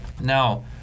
Now